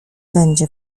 będzie